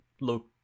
look